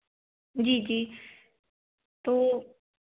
जी जी तो